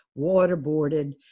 waterboarded